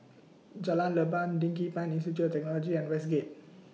Jalan Leban Digipen Institute Technology and Westgate